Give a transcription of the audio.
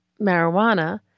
marijuana